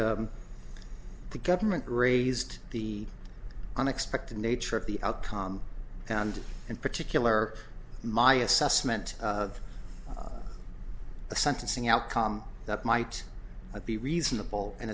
the government raised the unexpected nature of the outcome and in particular my assessment of the sentencing outcome that might be reasonable and